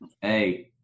Hey